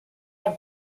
had